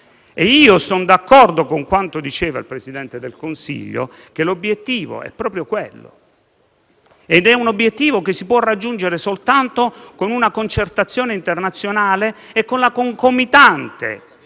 Sono d'accordo con quanto diceva il Presidente del Consiglio: l'obiettivo è proprio quello e si può raggiungere soltanto con una concertazione internazionale e la concomitante